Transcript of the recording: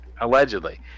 allegedly